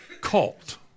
cult